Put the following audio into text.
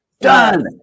Done